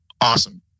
awesome